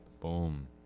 Boom